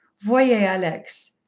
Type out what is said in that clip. voyez, alex!